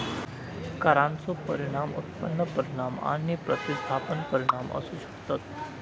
करांचो परिणाम उत्पन्न परिणाम आणि प्रतिस्थापन परिणाम असू शकतत